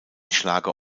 schlager